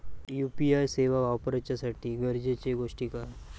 UPI सेवा वापराच्यासाठी गरजेचे गोष्टी काय?